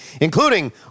including